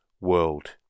world